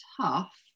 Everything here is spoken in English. tough